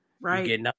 Right